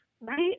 right